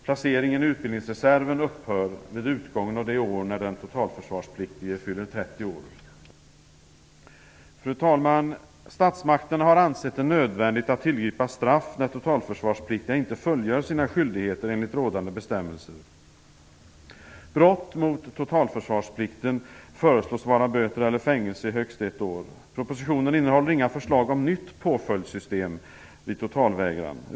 Placeringen i utbildningsreserven upphör vid utgången av det år när den totalförsvarspliktige fyller 30 år. Fru talman! Statsmakterna har ansett det nödvändigt att tillgripa straff när totalförsvarspliktiga inte fullgör sin skyldigheter enligt rådande bestämmelser. Brott mot totalförsvarsplikten föreslås ge böter eller fängelse i högst ett år. Propositionen innehåller inga förslag om nytt påföljdssystem vid totalvägran.